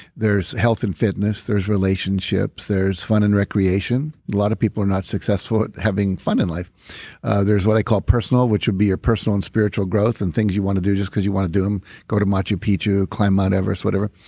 there's health and fitness, there's relationships, there's fun and recreation. a lot of people are not successful at having fun in life there's what i call personal. which would be your personal and spiritual growth and things you want to do just because you want to do them. go to machu picchu, climb mt everest, whatever.